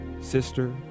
sister